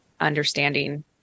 understanding